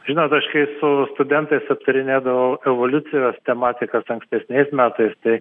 žinot aš kai su studentais aptarinėdavau evoliucijos tematikas ankstesniais metais tai